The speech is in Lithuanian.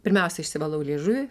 pirmiausia išsivalau liežuvį